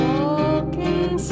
Walking